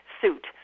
suit